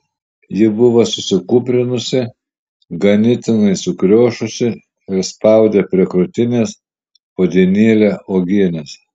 ji buvo susikūprinusi ganėtinai sukriošusi ir spaudė prie krūtinės puodynėlę uogienės